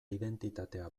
identitatea